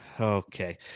Okay